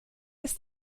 ist